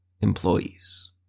employees